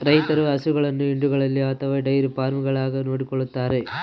ರೈತರು ಹಸುಗಳನ್ನು ಹಿಂಡುಗಳಲ್ಲಿ ಅಥವಾ ಡೈರಿ ಫಾರ್ಮ್ಗಳಾಗ ನೋಡಿಕೊಳ್ಳುತ್ತಾರೆ